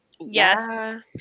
Yes